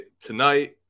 tonight